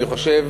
אני חושב,